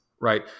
right